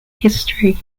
history